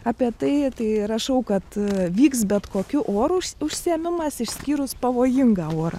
apie tai tai rašau kad vyks bet kokiu oru už užsiėmimas išskyrus pavojingą orą